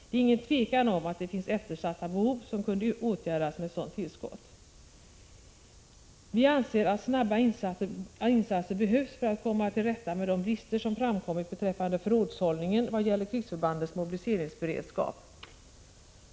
Det är inget tvivel om att det finns eftersatta behov som kunde åtgärdas med ett sådant tillskott. Vi anser att snabba insatser behövs för att komma till rätta med de brister som framkommit beträffande förrådshållningen vad gäller krigsförbandens mobiliseringsberedskap.